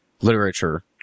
literature